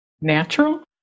natural